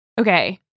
Okay